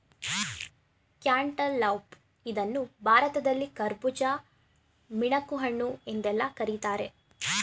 cantaloupe ಇದನ್ನು ಭಾರತದಲ್ಲಿ ಕರ್ಬುಜ, ಮಿಣಕುಹಣ್ಣು ಎಂದೆಲ್ಲಾ ಕರಿತಾರೆ